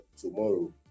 tomorrow